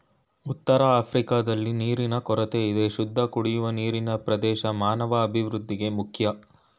ಉತ್ತರಆಫ್ರಿಕಾದಲ್ಲಿ ನೀರಿನ ಕೊರತೆಯಿದೆ ಶುದ್ಧಕುಡಿಯುವ ನೀರಿನಪ್ರವೇಶ ಮಾನವಅಭಿವೃದ್ಧಿಗೆ ಮುಖ್ಯ